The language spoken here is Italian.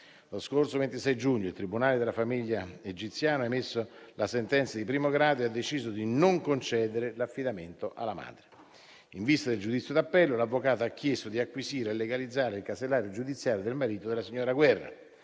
Lo scorso 26 giugno il tribunale della famiglia egiziana ha emesso la sentenza di primo grado e ha deciso di non concedere l'affidamento alla madre. In vista del giudizio d'appello, l'avvocato ha chiesto di acquisire e legalizzare il casellario giudiziale del marito della signora Guerra.